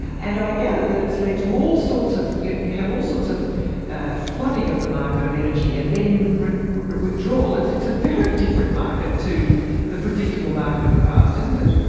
and i gather that it's led to all sorts of, you you have all sorts of flooding of the market of energy and then withdrawal. it's a a very different market to the predictable market of the past, isn't it?